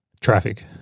Traffic